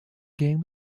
game